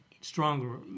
stronger